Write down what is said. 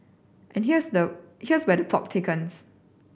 and here's the here's where the plot thickens